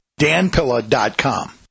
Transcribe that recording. danpilla.com